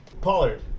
Pollard